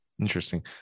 Interesting